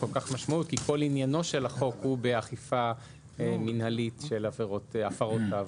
כל כך משמעות כי כל עניינו של החוק הוא באכיפה מינהלית של הפרות תעבורה.